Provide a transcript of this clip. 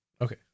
Okay